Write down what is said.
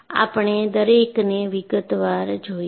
આપણે દરેકને વિગતવાર જોઈશું